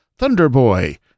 Thunderboy